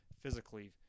physically